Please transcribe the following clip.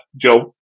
Joe